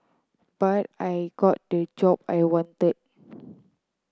but I got the job I wanted